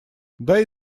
дай